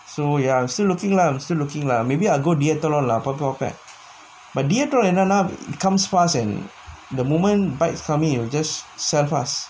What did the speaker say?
so ya I'm still looking lah I'm still looking lah maybe I go dear throne lah அப்பப்ப பாப்பே:appeppe paapae but dear throne என்னனா:ennanaa it comes fast and the moment bikes come in they just sell fast